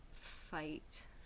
fight